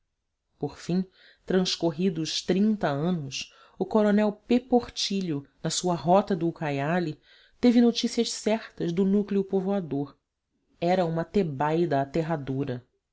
por fim transcorridos trinta anos o coronel p portillo na sua rota do ucaiali teve notícias certas do núcleo povoador era uma